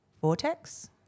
vortex